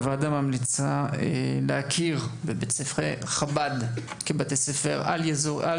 הוועדה ממליצה להכיר בבתי ספר של חב"ד